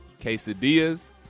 quesadillas